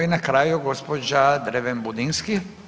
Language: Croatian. I na kraju gospođa Dreven Budinski.